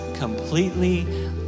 Completely